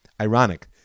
Ironic